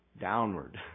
downward